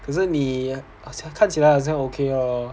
可是你看起来好像 okay lor